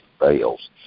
bales